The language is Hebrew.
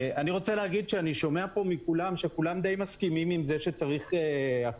אני רוצה להגיד שאני שומע פה מכולם שכולם די מסכימים עם זה שצריך אכיפה